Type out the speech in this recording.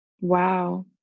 Wow